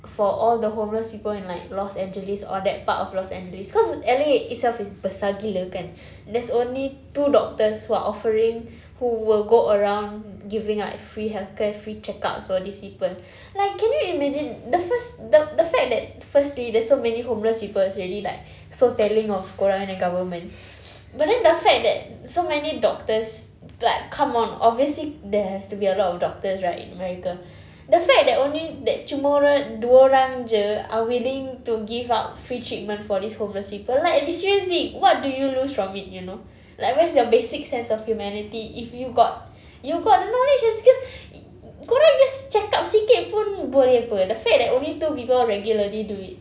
for all the homeless people in like los angeles or that part of los angeles cause L_A itself is besar gila kan there's only two doctors who are offering who will go around giving out free healthcare free check ups for these people like can you imagine the first the the fact that firstly there's so many homeless people is already like so telling of korangya government but then the fact that so many doctors like come on obviously there has to be a lot of doctors right in america the fact that only that cuma orang dua orang jer are willing to give out free treatment for these homeless people like they seriously what do you lose from it you know like where's your basic sense of humanity if you've got you've got the knowledge and skills y~ korang just check up sikit pun boleh [pe] the fact that only two people regularly do it